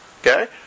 Okay